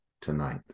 tonight